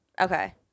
Okay